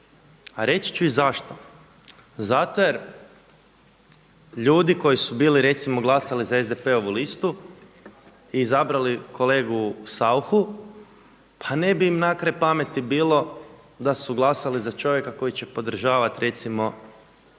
a reći ću i zašto. Zato jer ljudi koji su bili recimo glasali za SDP-ovu listu i izabrali kolegu Sauchu Pa ne bi im na kraj pameti bilo da su glasali za čovjeka koji će podržavati recimo